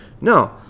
no